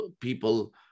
people